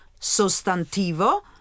sostantivo